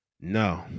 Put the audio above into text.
No